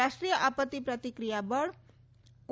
રાષ્ટ્રીય આપત્તિ પ્રતિક્રિયા બળ ઓ